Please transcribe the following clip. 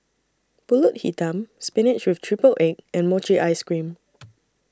Pulut Hitam Spinach with Triple Egg and Mochi Ice Cream